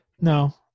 No